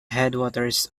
headwaters